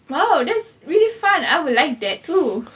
!wow! that's really fun I would like that too